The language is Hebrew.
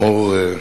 כאמור,